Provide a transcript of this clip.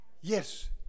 Yes